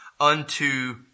unto